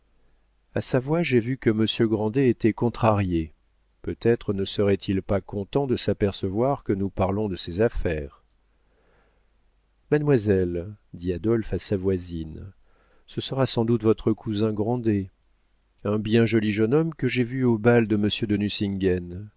a sa voix j'ai vu que monsieur grandet était contrarié peut-être ne serait-il pas content de s'apercevoir que nous parlons de ses affaires mademoiselle dit adolphe à sa voisine ce sera sans doute votre cousin grandet un bien joli jeune homme que j'ai vu au bal de monsieur de